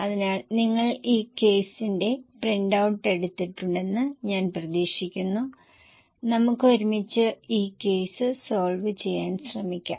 അതിനാൽ ആ പ്രത്യേക ഭാഗത്തിന് അടിവരയിടുക ഞാൻ മുന്നോട്ട് പോകും ഞാൻ എല്ലാ വരികളും വായിക്കില്ല പക്ഷേ നിങ്ങൾക്ക് എന്നോടൊപ്പം വായിക്കാം